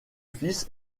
fils